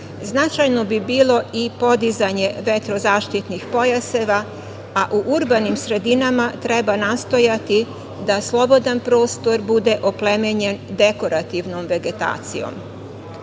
Značajno bi bilo i podizanje vetrozaštitnih pojaseva, a u urbanim sredinama treba nastojati da slobodan prostor bude oplemenjen dekorativnom vegetacijom. Početkom